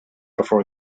before